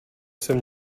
jsem